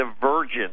divergence